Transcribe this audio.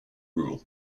rule